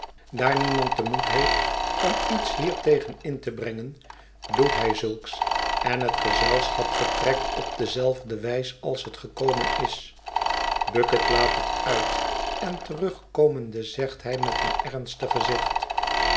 daar niemand den moed heeft om iets hiertegen in te brengen doet hij zulks en het gezelschap vertrekt op dezelfde wijs als het gekomen is bucket laat het uit en terugkomende zegt hij met een ernstig gezicht